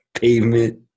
pavement